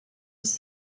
was